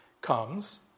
comes